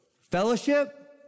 Fellowship